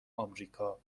آمریکا